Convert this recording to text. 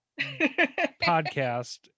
podcast